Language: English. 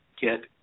get